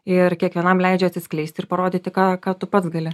ir kiekvienam leidžia atsiskleisti ir parodyti ką ką tu pats gali